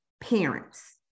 parents